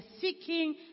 seeking